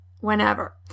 whenever